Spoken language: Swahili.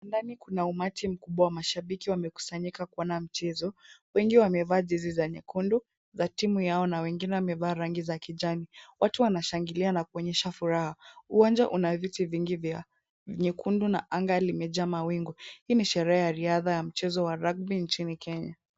Ndani kuna umati mkubwa wa mashabiki wamekusanyika kuona mchezo. Wengi wavemaa jezi za nyekundu za timu yao na wengine wamevaa rangi za kijani. Watu wanashangilia na kuonyesha furaha. Uwanja una viti vingi vya nyekundu na anga limejaa mawingu. Hii ni sherehe ya riadha wa mchezo wa rugby nchini Kenya.